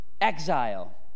exile